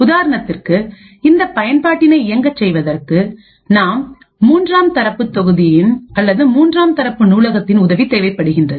உதாரணத்திற்கு இந்த பயன்பாட்டினை இயங்கச் செய்வதற்கு நாம் மூன்றாம் தரப்பு தொகுதியின் அல்லது மூன்றாம் தரப்பு நூலகத்தின் உதவி தேவைப்படுகின்றது